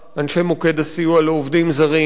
אנשי "מוקד סיוע לעובדים זרים",